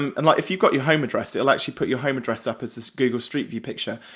um and like if you've got your home address, it'll actually put your home address up as this google street view picture,